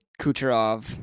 Kucherov